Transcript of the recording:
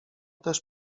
też